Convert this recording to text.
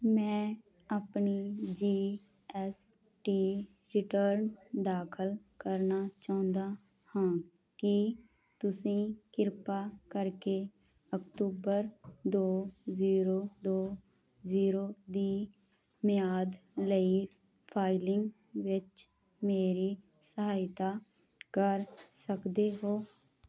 ਮੈਂ ਆਪਣੀ G S T return ਦਾਖਲ ਕਰਨਾ ਚਾਹੁੰਦਾ ਹਾਂ ਕੀ ਤੁਸੀਂ ਕਿਰਪਾ ਕਰਕੇ ਅਕਤੂਬਰ ਦੋ ਜ਼ੀਰੋ ਦੋ ਜ਼ੀਰੋ ਦੀ ਮਿਆਦ ਲਈ ਫਾਈਲਿੰਗ ਵਿੱਚ ਮੇਰੀ ਸਹਾਇਤਾ ਕਰ ਸਕਦੇ ਹੋ